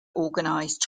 organised